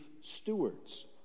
stewards